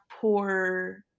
poor